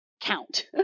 count